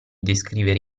descrivere